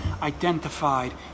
identified